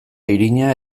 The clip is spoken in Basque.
irina